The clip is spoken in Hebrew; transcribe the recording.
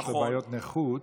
יש לו בעיות נכות,